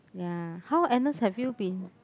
ya how Agnes have you been